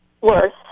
worse